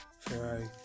Ferrari